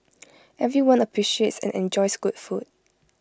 everyone appreciates and enjoys good food